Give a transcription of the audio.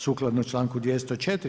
Sukladno članku 204.